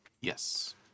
Yes